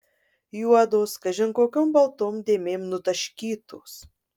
juodos kažin kokiom baltom dėmėm nutaškytos